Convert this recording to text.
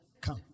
come